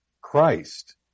Christ